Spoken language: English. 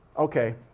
okay.